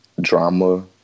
drama